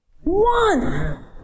One